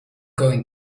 going